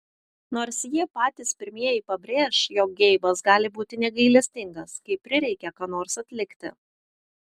nors jie patys pirmieji pabrėš jog geibas gali būti negailestingas kai prireikia ką nors atlikti